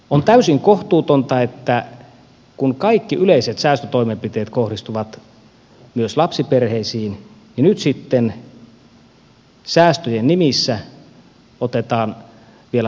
on täysin kohtuutonta että kun kaikki yleiset säästötoimenpiteet kohdistuvat myös lapsiperheisiin niin nyt sitten säästöjen nimissä otetaan vielä lapsilisistä pois